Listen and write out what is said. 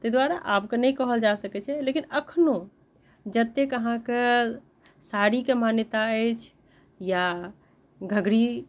ताहि दुआरे आबके नहि कहल जा सकैत छै लेकिन अखनो जतेक अहाँकेँ साड़ीके मान्यता अछि या घघरी